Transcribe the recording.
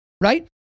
right